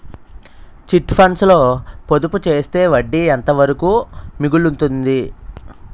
Chit funds లో పొదుపు చేస్తే వడ్డీ ఎంత వరకు మిగులుతుంది?